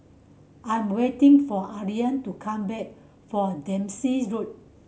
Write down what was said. I'm waiting for Adriane to come back from Dempsey Road